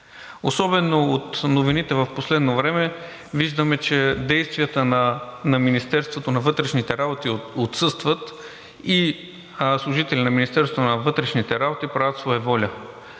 Особено от новините в последно време виждаме, че действията на Министерството на вътрешните работи отсъстват и служители на Министерството на вътрешните работи правят своеволия.